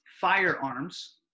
firearms